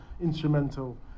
instrumental